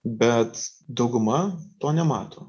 bet dauguma to nemato